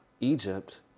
Egypt